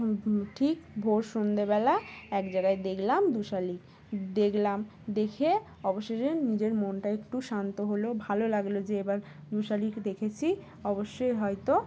ঠিক ভোর সন্ধ্যেবেলা এক জায়গায় দেখলাম দুশালিক দেখলাম দেখে অবশ্যই নিজের মনটা একটু শান্ত হলো ভালো লাগলো যে এবার দুশালিক দেখেছি অবশ্যই হয়তো